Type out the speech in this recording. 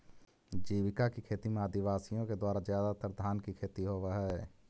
जीविका खेती में आदिवासियों के द्वारा ज्यादातर धान की खेती होव हई